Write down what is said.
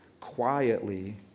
quietly